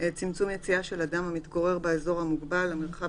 צמצום יציאה של אדם המתגורר באזור המוגבל למרחב